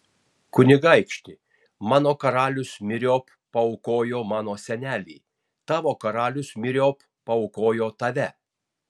kunigaikšti mano karalius myriop paaukojo mano senelį tavo karalius myriop paaukojo tave